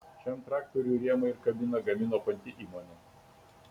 šiam traktoriui rėmą ir kabiną gamino pati įmonė